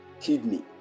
kidney